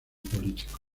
político